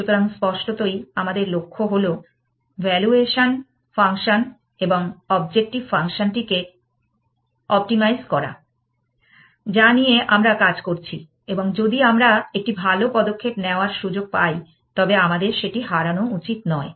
সুতরাং স্পষ্টতই আমাদের লক্ষ্য হল ভ্যালুয়েশন ফাংশন বা অবজেক্টিভ ফাংশন টিকে অপটিমাইজ করা যা নিয়ে আমরা কাজ করছি এবং যদি আমরা একটি ভাল পদক্ষেপে নেওয়ার সুযোগ পাই তবে আমাদের সেটি হারানো উচিত নয়